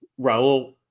raul